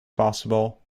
possible